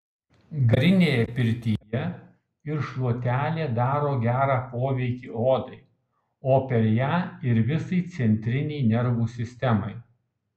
garinėje pirtyje ir šluotelė daro gerą poveikį odai o per ją ir visai centrinei nervų sistemai